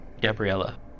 Gabriella